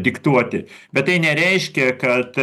diktuoti bet tai nereiškia kad